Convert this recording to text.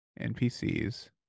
NPCs